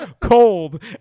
cold